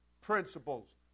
principles